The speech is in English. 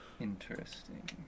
interesting